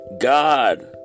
God